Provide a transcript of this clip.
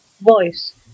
voice